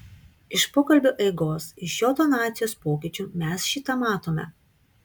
iš pokalbio eigos iš jo tonacijos pokyčių mes šį tą matome